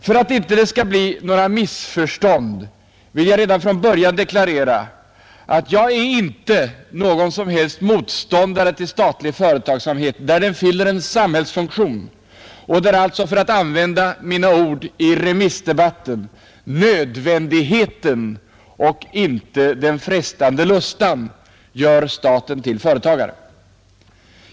För att inga missförstånd skall uppstå vill jag redan från början deklarera att jag inte alls är motståndare till statlig företagsamhet där den fyller en samhällsfunktion och där alltså, för att använda mina ord i remissdebatten, nödvändigheten och inte den frestande lustan gör staten till företagare.